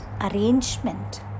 arrangement